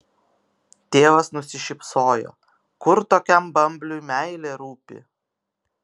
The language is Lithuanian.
tėvas nusišypsojo kur tokiam bambliui meilė rūpi